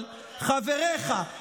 אבל חבריך,